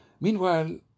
Meanwhile